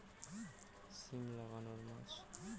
সিম লাগানোর মাস?